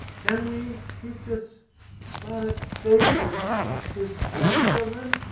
can we keep this planet safe for his grandchildren?